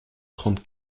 trente